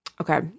okay